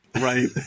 Right